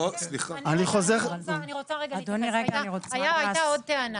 הייתה כאן עוד טענה